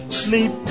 sleep